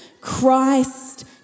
Christ